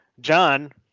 John